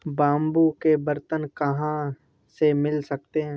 Bamboo के बर्तन कहाँ से मिल सकते हैं?